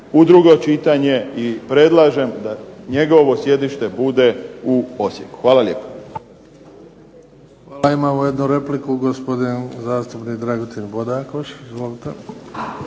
u drugo čitanje i predlažem da njegovo sjedište bude u Osijeku. Hvala lijepo.